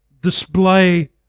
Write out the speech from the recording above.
display